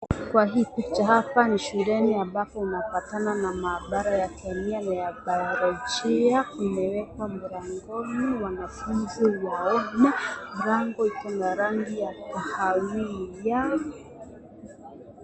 Kwa hii picha hapa ni shuleni, ambapo, tunapatana na mahabaria ya kemia na ya bilojia imewekwa mlangoni. wanafunzi waone. Mlango kuna rangi kawiya